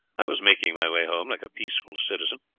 i was making my way home like a peaceful citizen,